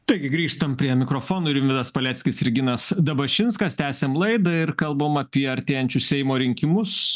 taigi grįžtam prie mikrofonų rimvydas paleckis ir ginas dabašinskas tęsiam laidą ir kalbam apie artėjančius seimo rinkimus